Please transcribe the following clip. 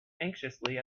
anxiously